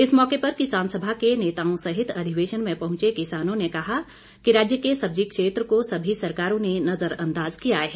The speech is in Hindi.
इस मौके पर किसान सभा के नेताओं सहित अधिवेशन में पहुंचे किसानों ने कहा कि राज्य के सब्जी क्षेत्र को सभी सरकारों ने नजरअंदाज किया है